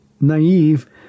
naive